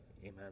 Amen